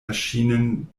erschienen